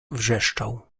wrzeszczał